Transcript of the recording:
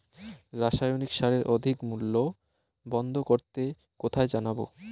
রাসায়নিক সারের অধিক মূল্য বন্ধ করতে কোথায় জানাবো?